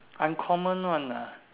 uncommon one ah